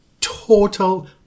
total